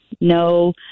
no